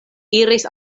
iris